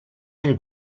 nel